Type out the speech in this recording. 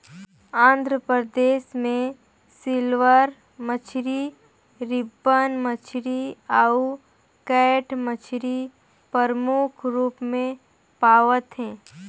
आंध्र परदेस में सिल्वर मछरी, रिबन मछरी अउ कैट मछरी परमुख रूप में पवाथे